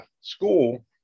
school